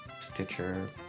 Stitcher